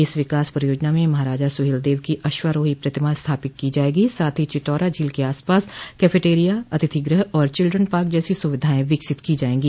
इस विकास परियोजना में महाराजा सुहेलदेव की अश्वारोही प्रतिमा स्थापित की जाएगी और साथ ही चितौरा झील के आसपास केफ़ेटेरिया अतिथि गृह और चिल्ड्रन पार्क जैसी सूविधाएं विकसित की जायेंगी